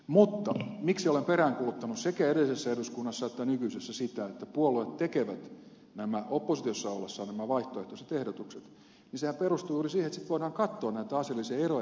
mutta se miksi olen peräänkuuluttanut sekä edellisessä eduskunnassa että nykyisessä sitä että puolueet tekevät oppositiossa ollessaan nämä vaihtoehtoiset ehdotukset perustuu juuri siihen että sitten voidaan katsoa näitä asiallisia eroja jotka puolueiden välillä ovat